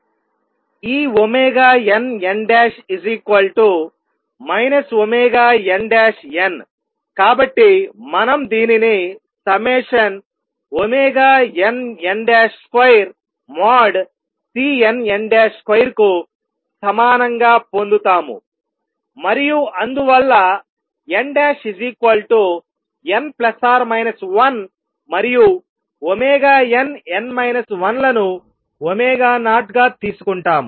ఈ nn nn కాబట్టిమనం దీనిని ∑nn2|Cnn |2 కు సమానంగా పొందుతాము మరియు అందువల్ల nn±1మరియు nn 1 లను 0గా తీసుకుంటాము